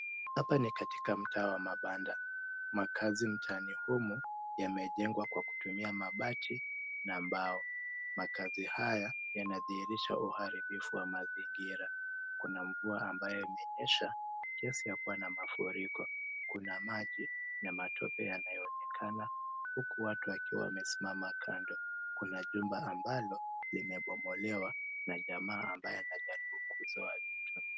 Hapa ni katika mtaa wa mabanda. Makazi mtaani humu yamejengwa kwa kutumia mabati na mbao. Makazi haya yanadhihirisha uharibifu wa mazingira . Kuna mvua ambayo imenyesha kiasi ya kuwa na mafuriko. Kuna maji na matope yanayoonekana huku watu wakiwa wamesimama kando. Kuna jumba ambalo limebomolewa na jamaa ambaye anajaribu kuzoa